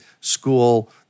School